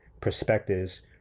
perspectives